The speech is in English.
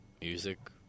Music